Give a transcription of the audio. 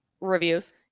Reviews